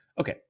Okay